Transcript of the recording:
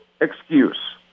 excuse